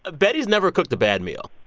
ah betty's never cooked a bad meal.